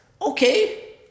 okay